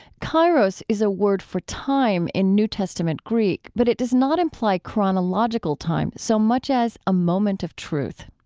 kairos is a word for time in new testament greek, but it does not imply chronological time so much as a moment of truth.